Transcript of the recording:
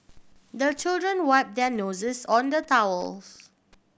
the children wipe their noses on the towels